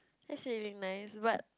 that's usually nice but